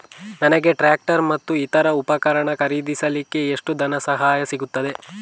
ನನಗೆ ಟ್ರ್ಯಾಕ್ಟರ್ ಮತ್ತು ಇತರ ಉಪಕರಣ ಖರೀದಿಸಲಿಕ್ಕೆ ಎಷ್ಟು ಧನಸಹಾಯ ಸಿಗುತ್ತದೆ?